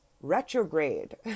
retrograde